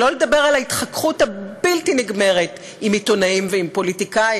שלא לדבר על ההתחככות הבלתי-נגמרת עם עיתונאים ועם פוליטיקאים,